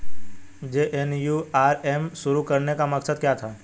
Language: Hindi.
जे.एन.एन.यू.आर.एम शुरू करने का मकसद क्या था?